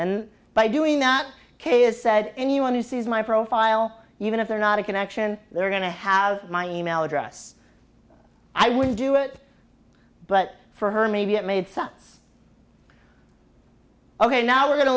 and by doing that kay has said anyone who sees my profile even if they're not a connection they're going to have my e mail address i would do it but for her maybe it made sense ok now we're going to